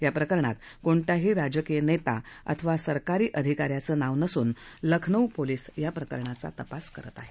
याप्रकरणात कोणत्याही राजकीय नेता अथवा सरकारी अधिका याचं नाव नसून लखनौ पोलीस याप्रकरणाचा तपास करत आहेत